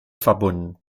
verbunden